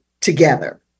together